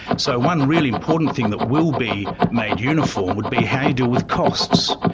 so one really important thing that will be made uniform would be how you deal with costs.